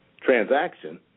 transaction